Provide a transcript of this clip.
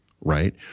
right